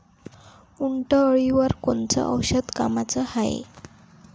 उंटअळीवर कोनचं औषध कामाचं हाये?